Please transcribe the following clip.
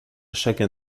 chaque